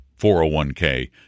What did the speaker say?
401k